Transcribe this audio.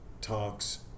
talks